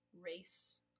race